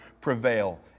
prevail